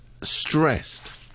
stressed